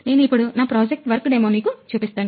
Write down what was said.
నేను ఇప్పుడు నా ప్రాజెక్ట్ వర్క్ డెమో నీకు చూపిస్తాను